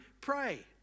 pray